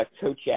Coach